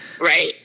Right